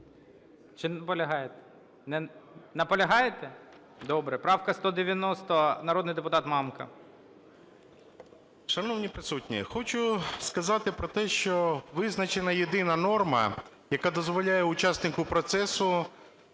Наполягаєте? Добре. Правка 190, народний депутат Мамка. 13:34:53 МАМКА Г.М. Шановні присутні, хочу сказати про те, що визначена єдина норма, яка дозволяє учаснику процесу